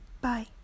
bye